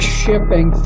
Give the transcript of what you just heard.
shipping